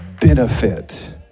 benefit